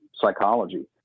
psychology